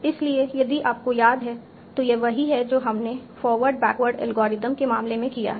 इसलिए यदि आपको याद है तो यह वही है जो हमने फॉरवर्ड बैकवर्ड एल्गोरिथम के मामले में किया है